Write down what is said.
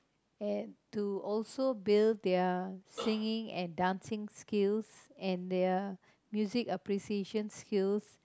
and to also build their singing and dancing skills and their music appreciation skills